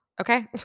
okay